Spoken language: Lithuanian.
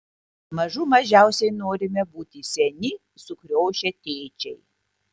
mažų mažiausiai norime būti seni sukriošę tėčiai